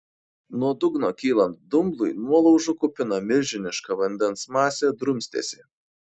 nuo dugno kylant dumblui nuolaužų kupina milžiniška vandens masė drumstėsi